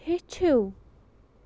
ہیٚچھِو